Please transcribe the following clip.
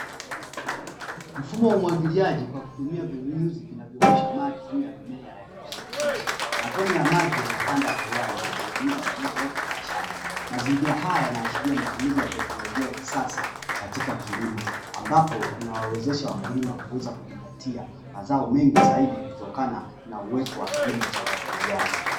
Mfumo wa umwagiliaji kwa kutumia vinyunyuzi vinavyorusha maji juu ya mimea ya kijani kibichi. Matone ya maji yanatanda hewani yakinyunyiza eneo lote la shamba. Mazingira haya yanaashiria matumizi ya teknolojia ya kisasa katika kilimo ambapo inawawezesha wakulima kuweza kujipatia mazao mengi zaidi kutokana na uwepo wa kilimo cha umwagiliaji.